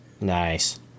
Nice